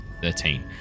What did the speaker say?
Thirteen